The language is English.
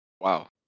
Wow